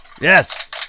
Yes